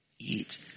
eat